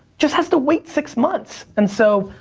just has to wait six months. and so,